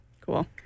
Cool